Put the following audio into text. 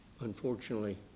unfortunately